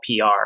PR